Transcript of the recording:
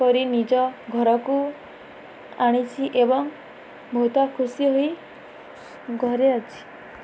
କରି ନିଜ ଘରକୁ ଆଣିଛି ଏବଂ ବହୁତ ଖୁସି ହୋଇ ଘରେ ଅଛି